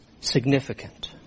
significant